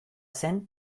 zen